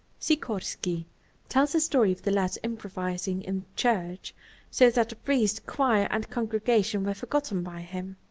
sikorski tells a story of the lad's improvising in church so that the priest, choir and congregation were forgotten by him.